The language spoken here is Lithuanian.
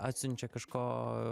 atsiunčia kažko